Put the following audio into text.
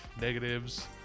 negatives